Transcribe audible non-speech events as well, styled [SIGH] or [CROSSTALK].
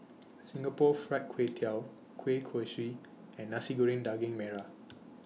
Singapore Fried Kway Tiao Kueh Kosui and Nasi Goreng Daging Merah [NOISE]